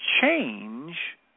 change